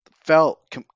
felt